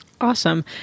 Awesome